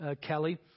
Kelly